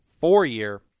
four-year